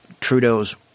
Trudeau's